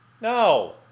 No